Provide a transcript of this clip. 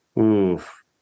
Oof